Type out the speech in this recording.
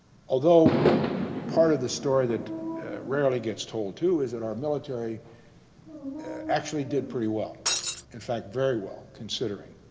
although part of the story that rarely gets told too is that our military actually did pretty well in fact very well considering